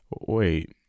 Wait